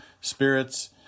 spirits